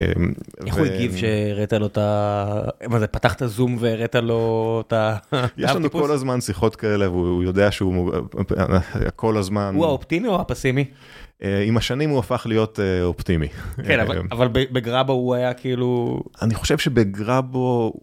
איך הוא הגיב שראית לו את זה, פתחת זום וראית לו את ה.. יש לנו כל הזמן שיחות כאלה והוא יודע שהוא כל הזמן.. הוא האופטימי או הפסימי? עם השנים הוא הפך להיות אופטימי.. כן אבל בגראבו הוא היה כאילו.. אני חושב שבגראבו..